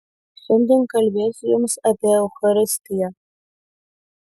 šiandien kalbėsiu jums apie eucharistiją